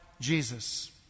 Jesus